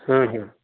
हूँ हूँ